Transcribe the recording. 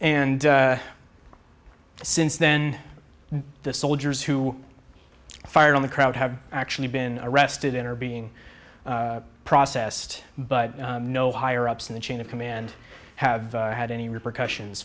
and since then the soldiers who fired on the crowd have actually been arrested in are being processed but no higher ups in the chain of command have had any repercussions